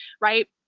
right